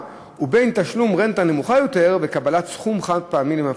ובין תשלום רנטה נמוכה יותר וקבלת סכום חד-פעמי למפרע.